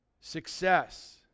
success